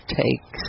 takes